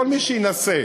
כל מי שינסה